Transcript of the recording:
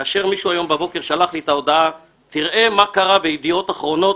כאשר מישהו היום בבוקר שלח לי את ההודעה: תראה מה קרה בידיעות אחרונות,